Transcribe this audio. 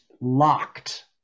locked